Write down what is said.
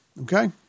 okay